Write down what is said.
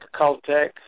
Caltech